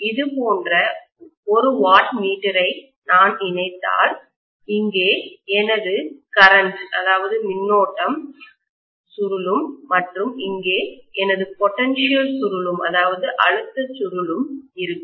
இது போன்ற ஒரு வாட்மீட்டரை நான் இணைத்தால் இங்கே எனது கரண்ட் மின்னோட்டம் சுருளும் மற்றும் இங்கே எனது பொட்டன்ஷியல்அழுத்தம் சுருளும் இருக்கும்